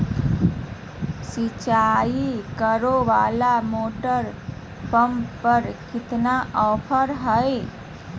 सिंचाई करे वाला मोटर पंप पर कितना ऑफर हाय?